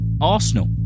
Arsenal